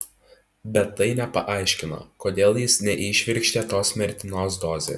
bet tai nepaaiškina kodėl jis neįšvirkštė tos mirtinos dozės